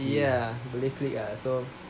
ya boleh click ah so